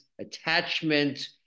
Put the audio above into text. attachment